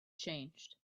changed